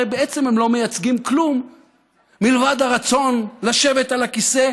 הרי בעצם הם לא מייצגים כלום מלבד הרצון לשבת על הכיסא,